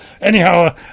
Anyhow